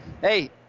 hey